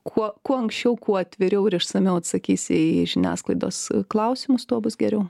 kuo kuo anksčiau kuo atviriau ir išsamiau atsakysi į žiniasklaidos klausimus tuo bus geriau